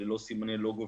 ללא סימני לוגו,